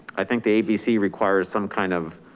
i think the abc requires some kind of